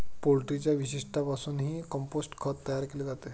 पोल्ट्रीच्या विष्ठेपासूनही कंपोस्ट खत तयार केले जाते